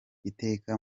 iteka